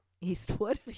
Eastwood